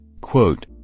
quote